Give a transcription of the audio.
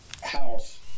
house